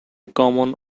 common